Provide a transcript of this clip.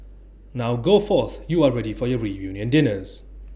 now go forth you are ready for your reunion dinners